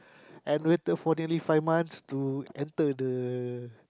and waited for daily five months to enter the